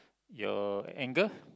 your anger